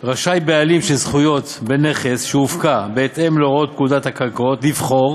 רשאי בעלים של זכויות בנכס שהופקע בהתאם להוראות פקודת הקרקעות לבחור